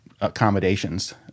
accommodations